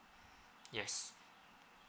yes